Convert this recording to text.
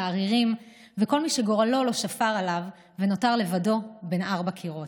העריריים וכל מי שגורלו לא שפר עליו ונותר לבדו בין ארבעה קירות?